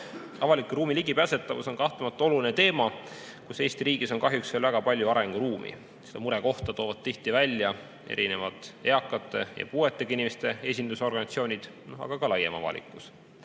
Avaliku ruumi ligipääsetavus on kahtlemata oluline teema, mille puhul Eesti riigis on kahjuks veel väga palju arenguruumi. Seda murekohta toovad tihti välja erinevad eakate ja puuetega inimeste esindusorganisatsioonid, aga ka laiem avalikkus.